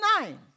nine